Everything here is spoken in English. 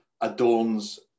adorns